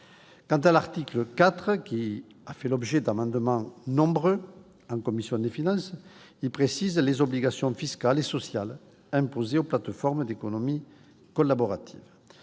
L'article 4, qui a fait l'objet d'amendements nombreux en commission des finances, précise les obligations fiscales et sociales imposées aux plateformes d'économie collaborative.